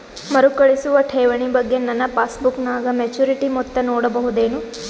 ಮರುಕಳಿಸುವ ಠೇವಣಿ ಬಗ್ಗೆ ನನ್ನ ಪಾಸ್ಬುಕ್ ನಾಗ ಮೆಚ್ಯೂರಿಟಿ ಮೊತ್ತ ನೋಡಬಹುದೆನು?